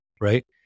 right